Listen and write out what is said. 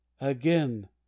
Again